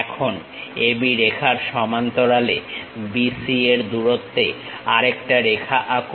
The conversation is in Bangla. এখন AB রেখার সমান্তরালে BC এর দূরত্বে আরেকটা রেখা আঁকো